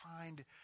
find